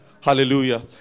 Hallelujah